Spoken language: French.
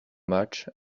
matches